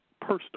personal